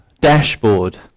dashboard